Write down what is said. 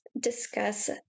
discuss